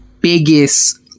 biggest